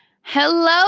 Hello